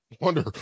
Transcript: Wonder